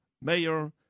mayor